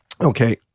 okay